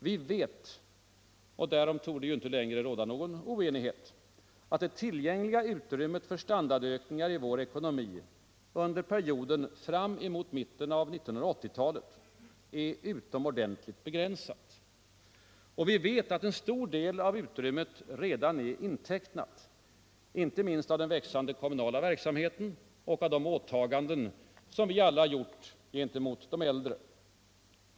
Vi vet — och därom torde inte längre råda oenighet — att det tillgängliga utrymmet för standardökningar i vår ekonomi under perioden fram emot mitten av 1980-talet är utomordentligt begränsat. Vi vet att en stor del av utrymmet redan är intecknat, inte minst av den växande kommunala verksamheten och av de åtaganden vi gemensamt gjort gentemot de äldre.